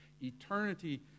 Eternity